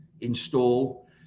install